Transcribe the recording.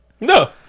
No